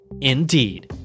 Indeed